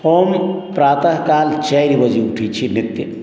हम प्रातःकाल चारि बजे उठै छियै नित्य